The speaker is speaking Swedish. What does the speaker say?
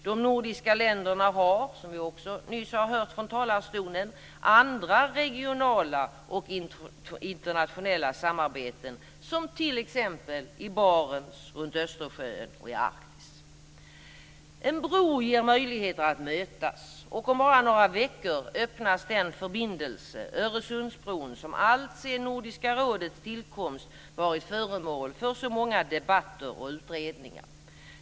De nordiska länderna har, som vi också nyss har hört från talarstolen, andra regionala och internationella samarbeten, som t.ex. samarbetet i Barents, runt Östersjön och i Arktis. En bro ger möjligheter att mötas, och om bara några veckor öppnas den förbindelse, Öresundsbron, som alltsedan Nordiska rådets tillkomst varit föremål för så många debatter och utredningar.